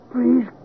Please